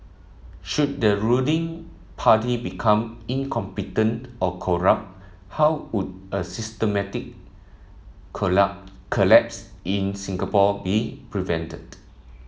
should the ruling party become incompetent or corrupt how would a systematic colla collapse in Singapore be prevented